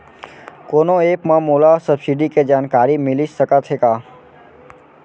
कोनो एप मा मोला सब्सिडी के जानकारी मिलिस सकत हे का?